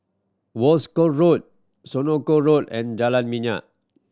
Wolskel Road Senoko Road and Jalan Minyak